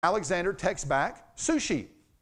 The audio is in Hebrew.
אלכסנדר טקסט באק, סושי.